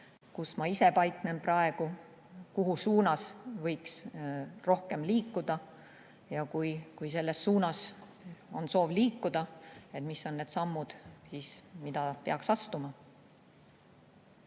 kus ma ise paiknen praegu, kuhu suunas võiks rohkem liikuda ja kui selles suunas on soov liikuda, mis on need sammud, mida peaks astuma.